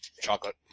chocolate